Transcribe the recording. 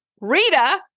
Rita